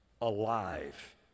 alive